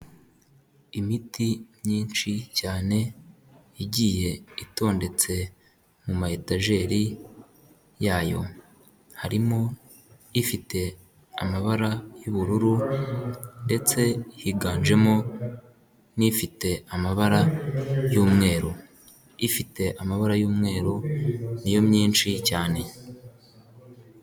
Imiti myinshi cyane igiye itondetse mu ma etajeri yayo harimo ifite amabara y'ubururu ndetse higanjemo n'ifite amabara y'umweru. Ifite amabara y'umweru ni yo myinshi cyane.